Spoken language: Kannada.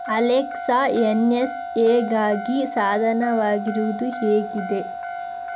ಅಲೆಕ್ಸಾ ಎನ್ ಎಸ್ ಎಗಾಗಿ ಸಾಧನವಾಗಿರುವುದು ಹೇಗಿದೆ